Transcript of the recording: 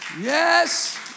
Yes